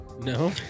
No